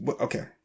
Okay